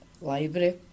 library